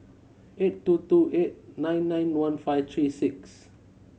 eight two two eight nine nine one five three six